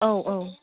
औ औ